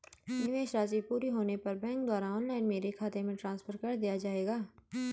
निवेश राशि पूरी होने पर बैंक द्वारा ऑनलाइन मेरे खाते में ट्रांसफर कर दिया जाएगा?